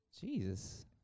Jesus